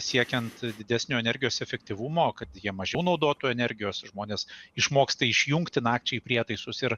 siekiant didesnio energijos efektyvumo kad jiem mažiau naudotų energijos žmonės išmoksta išjungti nakčiai prietaisus ir